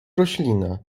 roślina